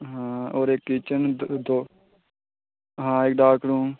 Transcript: हां होर इक किचन दो दो हां इक डाक रूम